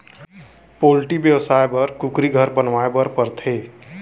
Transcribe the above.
poultry बेवसाय बर कुकुरी घर बनवाए बर परथे